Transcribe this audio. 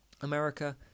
America